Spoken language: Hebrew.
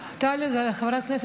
כי היא